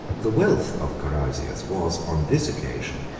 the wealth of carausius was, on this occasion,